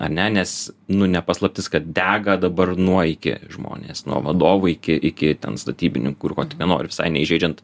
ar ne nes nu ne paslaptis kad dega dabar nuo iki žmonės nuo vadovų iki iki ten statybininkų ir ko tik nenori visai neįžeidžiant